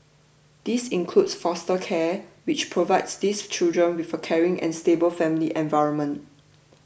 this includes foster care which provides these children with a caring and stable family environment